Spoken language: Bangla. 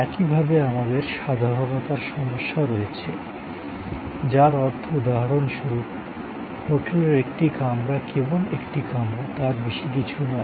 একইভাবে আমাদের সাধারণতার সমস্যা রয়েছে যার অর্থ উদাহরণস্বরূপ হোটেলের একটি কামরা কেবল একটি কামরা তার বেশি কিছু নয়